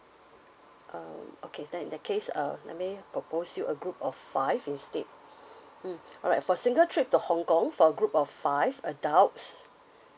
um okay then in that case uh let me propose you a group of five instead mm alright for single trip to hong kong for a group of five adults